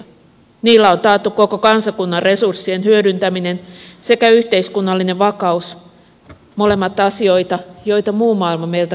niillä on taattu koko kansakunnan resurssien hyödyntäminen sekä yhteiskunnallinen vakaus molemmat asioita joita muu maailma meiltä kadehtii